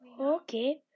Okay